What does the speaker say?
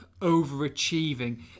overachieving